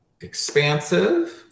Expansive